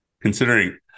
considering